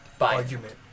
argument